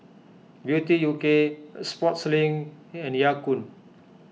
Beauty U K Sportslink and Ya Kun